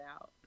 Out